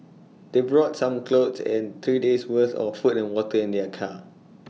they brought some clothes and three days' worth of food and water in their car